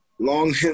Long